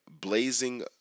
blazing